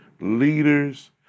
leaders